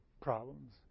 problems